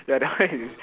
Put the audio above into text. ya that one is